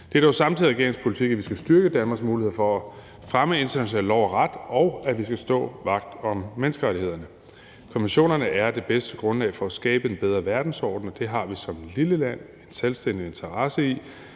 der jo samtidig er regeringens politik, er, at vi skal styrke Danmarks muligheder for at fremme international lov og ret, og at vi skal stå vagt om menneskerettighederne. Konventionerne er det bedste grundlag for at skabe en bedre verdensorden, og det har vi som lille land en selvstændig interesse i;